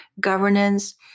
governance